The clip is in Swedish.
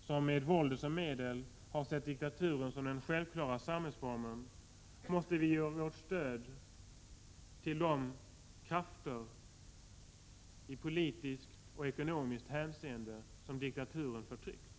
som med våldet som medel ser diktaturen som den självklara samhällsformen måste vi ge vårt stöd till de politiska och ekonomiska krafter som diktaturen förtrycker.